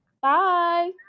Bye